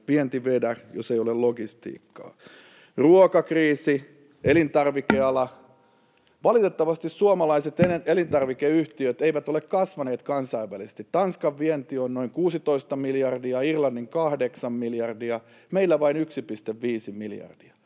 vienti vedä, jos ei ole logistiikkaa. Ruokakriisi, elintarvikeala. Valitettavasti suomalaiset elintarvikeyhtiöt eivät ole kasvaneet kansainvälisesti. Tanskan vienti on noin 16 miljardia, Irlannin 8 miljardia, meillä vain 1,5 miljardia.